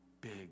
big